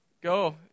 Go